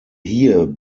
hier